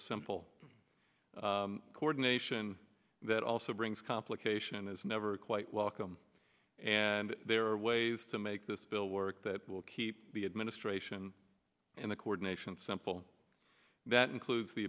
simple coordination that also brings complication is never quite welcome and there are ways to make this bill work that will keep the administration in the coordination simple that includes the